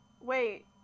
Wait